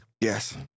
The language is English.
Yes